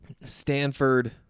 Stanford